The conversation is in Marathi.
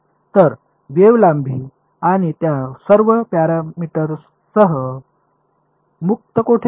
तर वेव्ह लांबी आणि त्या सर्व पॅरामीटर्ससह मुक्त कोठे गेले